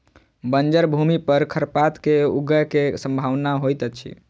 बंजर भूमि पर खरपात के ऊगय के सम्भावना होइतअछि